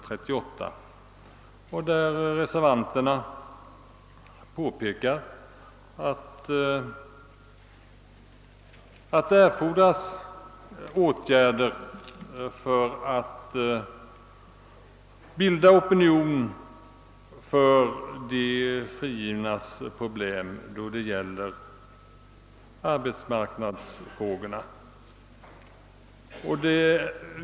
Vi reservanter påpekar där att det erfordras åtgärder för att skapa opinion för de frigivnas problem på arbetsmarknaden.